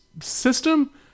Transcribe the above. system